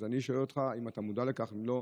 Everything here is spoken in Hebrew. אז אני שואל אותך: האם אתה מודע לכך, אם לא?